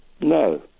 No